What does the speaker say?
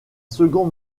second